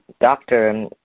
doctor